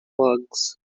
lugs